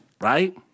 right